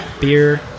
beer